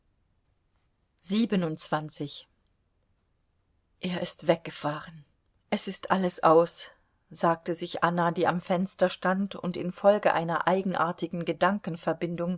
er ist weggefahren es ist alles aus sagte sich anna die am fenster stand und infolge einer eigenartigen